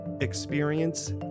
experience